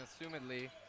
assumedly